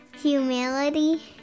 Humility